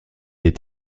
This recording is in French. est